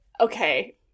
okay